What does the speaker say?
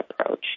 approach